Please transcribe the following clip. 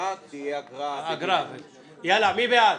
מי בעד